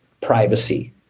privacy